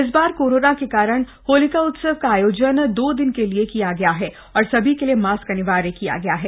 इस बार कोरोना के कारण होलीकोत्सव का आयोजन दो दिनों के लिए किया गया है और सभी के लिए मास्क अनिवार्य किया गया है